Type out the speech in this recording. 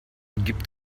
gibt